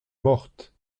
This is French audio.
morte